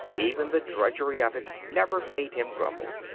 even the drudgery of it never made him grumble.